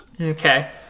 Okay